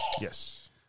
Yes